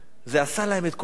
זה עשה להם את כל החשק.